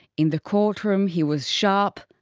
in the courtroom he was sharp.